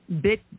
bit